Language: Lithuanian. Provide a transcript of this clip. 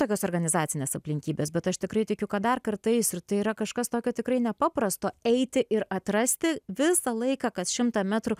tokios organizacinės aplinkybės bet aš tikrai tikiu kad dar kartą eisiu ir tai yra kažkas tokio tikrai nepaprasto eiti ir atrasti visą laiką kas šimtą metrų